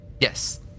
Yes